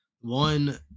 one